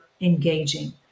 engaging